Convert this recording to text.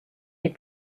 les